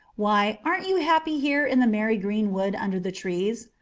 why, aren't you happy here in the merry greenwood under the trees?